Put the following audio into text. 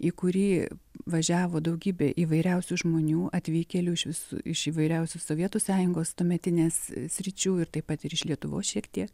į kurį važiavo daugybė įvairiausių žmonių atvykėlių iš visų iš įvairiausių sovietų sąjungos tuometinės sričių ir taip pat ir iš lietuvos šiek tiek